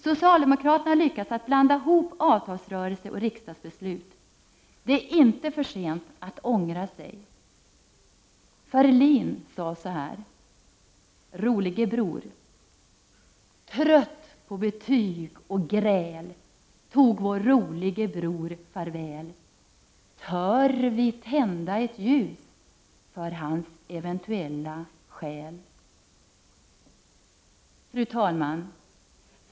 Socialdemokraterna har lyckats att blanda ihop avtalsrörelse och riksdagsbeslut. Det är inte för sent att ångra sig. Fru talman! Nils Ferlin sade så här: Trött på betyg och gräl tog vår rolige bror farväl Tör vi tända ett ljus för hans eventuella själ. Fru talman!